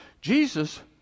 jesus